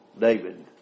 David